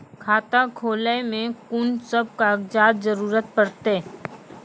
खाता खोलै मे कून सब कागजात जरूरत परतै?